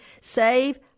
Save